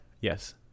Yes